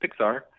Pixar